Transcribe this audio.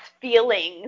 feelings